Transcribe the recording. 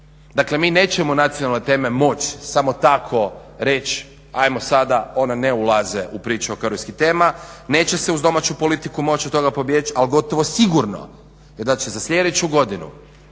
Dakle, mi nećemo nacionalne teme moći samo tako reći hajmo sada one ne ulaze u priču oko europskih tema, neće se uz domaću politiku moći od toga pobjeći. Ali gotovo sigurno je da će za sljedeću godinu